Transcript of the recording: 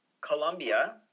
colombia